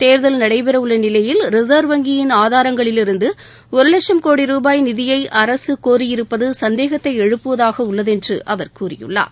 தேர்தல் நடைபெறவுள்ள நிலையில் ரிசர்வ் வங்கியின் ஆதாரங்களிலிருந்து ஒரு வட்சம் கோடி ரூபாய் நிதியை அரசு கோரியிருப்பது சந்தேகத்தை எழுப்புவதாக உள்ளது என்று அவர் கூறியுள்ளார்